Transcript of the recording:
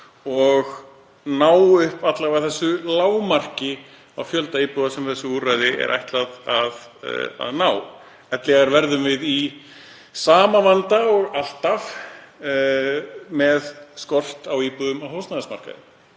og ná upp alla vega því lágmarki í fjölda íbúða sem þessu úrræði er ætlað að ná, ellegar verðum við í sama vanda og alltaf varðandi skort á íbúðum á húsnæðismarkaði.